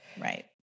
Right